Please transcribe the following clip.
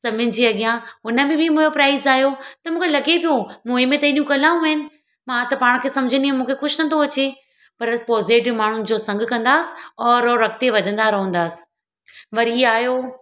सभिनि जे अॻियां हुनमें बि मुंहिंजो प्राइज़ आयो त मूंखे लॻे पियो मुंहिंजे में त हेॾियूं कलाऊं आहिनि मां त पाण खे सम्झंदी हुयमि मूंखे कुझु नथो अचे पर पॉज़िटिव माण्हुनि जो संगु कंदासीं और और अॻिते वधंदा रहंदासीं वरी आयो